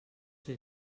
ser